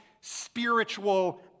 spiritual